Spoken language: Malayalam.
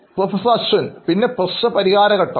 പ്രൊഫസർ അശ്വിൻപിന്നെ പ്രശ്നപരിഹാര ഘട്ടം